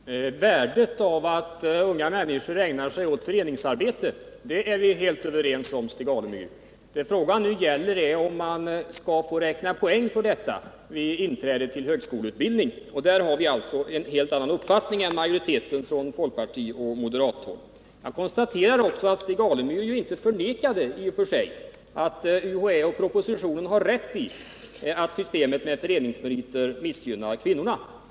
Herr talman! Värdet av att unga människor ägnar sig åt föreningsarbete är vi helt överens om, Stig Alemyr. Det frågan nu gäller är om man skall få räkna poäng för det vid inträde till högskoleutbildning. Där har vi från folkpartioch moderathåll en helt annan uppfattning än majoriteten. Jag noterar också att Stig Alemyr inte i och för sig förnekade att UHÄ och propositionen har rätt i att systemet med föreningsmeriter missgynnar kvinnorna.